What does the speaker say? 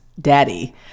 daddy